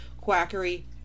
quackery